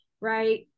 right